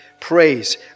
Praise